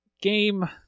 Game